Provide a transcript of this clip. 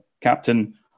Captain